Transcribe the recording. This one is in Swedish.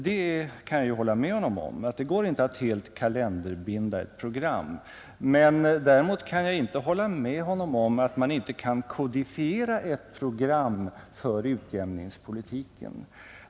Jag kan hålla med honom om att det går inte att helt kalenderbinda ett program, men däremot kan jag inte hålla med honom om att man inte kan kodifiera ett program för utjämningspolitiken.